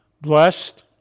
Blessed